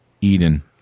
Eden